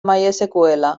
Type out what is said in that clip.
mysql